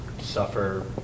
suffer